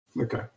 Okay